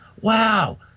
Wow